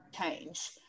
change